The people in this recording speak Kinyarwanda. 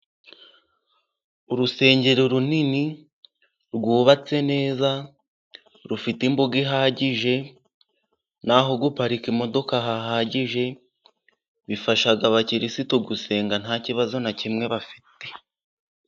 Urusengero runini rwubatse neza rufite imbuga ihagije, n' aho guparika imodoka hahagije bifasha abakirisitu gusenga nta kibazo na kimwe bafite.